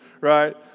right